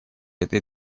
этой